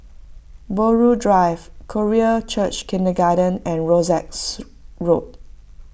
Buroh Drive Korean Church Kindergarten and Rosyth Road